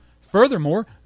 Furthermore